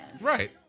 Right